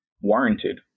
warranted